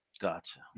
Gotcha